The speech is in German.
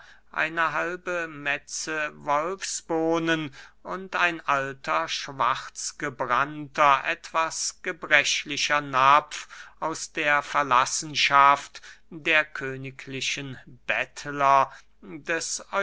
eine halbe metze wolfsbohnen und ein alter schwarzgebrannter etwas gebrechlicher napf aus der verlassenschaft der königlichen bettler des